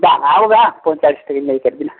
ᱵᱟᱦᱟ ᱵᱚᱸᱜᱟ ᱯᱚᱧᱪᱟᱲᱤᱥ ᱛᱮᱜᱮᱧ ᱞᱟᱹᱭ ᱠᱮᱫ ᱵᱤᱱᱟ